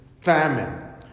famine